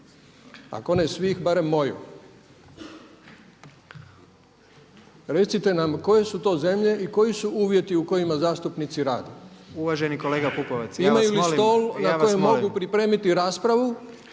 Ako ne svih barem moju. Recite nam koje su to zemlje i koji su uvjeti u kojima zastupnici rade? …/Upadica Jandroković: Uvaženi kolega ja vas molim./… Imaju li stol na kojem mogu pripremiti raspravu?